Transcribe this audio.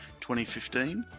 2015